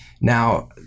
Now